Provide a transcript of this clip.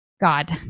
God